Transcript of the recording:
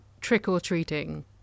trick-or-treating